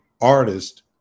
artist